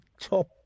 top